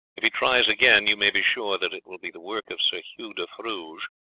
if he tries again, you may be sure that it will be the work of sir hugh de fruges,